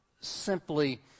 simply